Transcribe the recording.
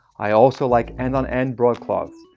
i also like end on end broadcloths,